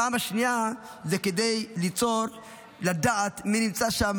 הפעם השנייה היא כדי לדעת מי נמצא שם,